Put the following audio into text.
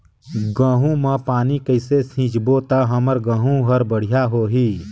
गहूं म पानी कइसे सिंचबो ता हमर गहूं हर बढ़िया होही?